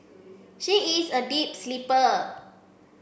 she is a deep sleeper